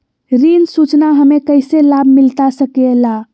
ऋण सूचना हमें कैसे लाभ मिलता सके ला?